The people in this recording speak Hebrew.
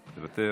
מוותר,